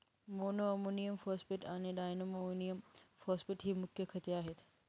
monoammonium phosphate आणि diammonium phosphate ही मुख्य खते आहेत